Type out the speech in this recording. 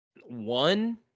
One